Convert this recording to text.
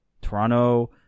Toronto